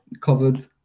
covered